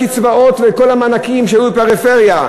הקצבאות ואת כל המענקים שהיו בפריפריה.